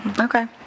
Okay